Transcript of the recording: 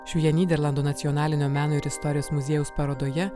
šioje nyderlandų nacionalinio meno ir istorijos muziejaus parodoje